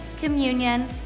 communion